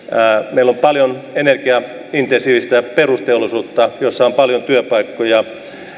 meillä on paljon energiaintensiivistä perusteollisuutta jossa on paljon työpaikkoja